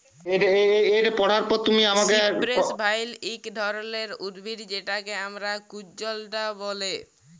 cypress vine ইক ধরলের উদ্ভিদ যেটকে আমরা কুল্জলতা ব্যলে